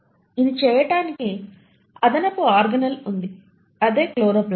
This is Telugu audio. ఇది చేయటానికి అదనపు ఆర్గనేల్ ఉంది అదే క్లోరోప్లాస్ట్